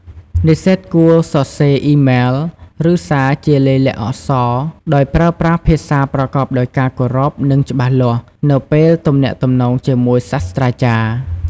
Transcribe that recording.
និស្សិតគួរសរសេរ អ៊ីមែល ឬសារជាលាយលក្ខណ៍អក្សរ ដោយប្រើប្រាស់ភាសាប្រកបដោយការគោរព និងច្បាស់លាស់ នៅពេលទំនាក់ទំនងជាមួយសាស្រ្តាចារ្យ។